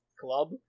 club